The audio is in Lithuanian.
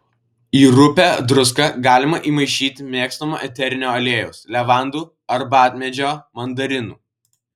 į rupią druską galima įmaišyti mėgstamo eterinio aliejaus levandų arbatmedžio mandarinų